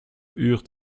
eurent